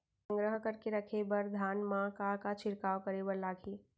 संग्रह करके रखे बर धान मा का का छिड़काव करे बर लागही?